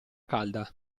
calda